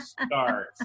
start